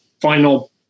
final